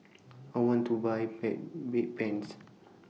I want to Buy bad Bedpans